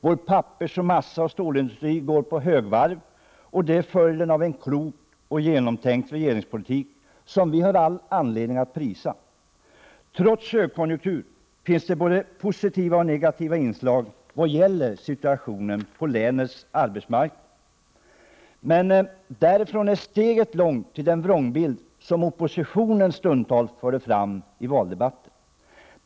Vår pappersoch massaindustri samt stålindustri går på högvarv. Detta är följden av en klok och genomtänkt regeringspolitik som vi har all anledning att prisa. Trots högkonjunkturen finns det både positiva och negativa inslag i vad gäller situationen på arbetsmarknaden i vårt län. Därifrån är emellertid steget långt till den vrångbild som oppositionen stundtals förde fram i valdebatterna.